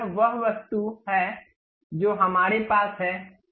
तो यह वह वस्तु है जो हमारे पास है